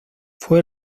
fue